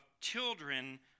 children